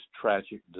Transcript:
tragic